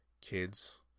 kids